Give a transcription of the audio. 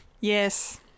Yes